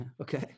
Okay